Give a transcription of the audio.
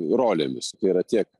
rolėmis yra tiek